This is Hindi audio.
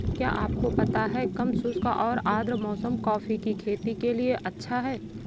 क्या आपको पता है कम शुष्क और आद्र मौसम कॉफ़ी की खेती के लिए अच्छा है?